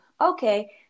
okay